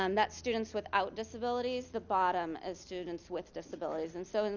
um that's students without disabilities, the bottom is students with disabilities. and so, and